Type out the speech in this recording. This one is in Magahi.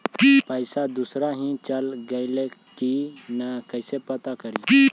पैसा दुसरा ही चल गेलै की न कैसे पता करि?